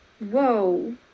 whoa